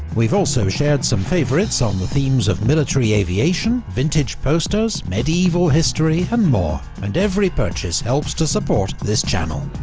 we've also shared some favourites on the themes of military aviation, vintage posters, medieval history and more. and every purchase helps to support this channel.